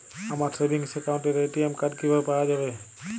আমার সেভিংস অ্যাকাউন্টের ATM card কিভাবে পাওয়া যাবে?